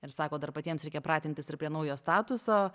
ir sako dar patiems reikia pratintis ir prie naujo statuso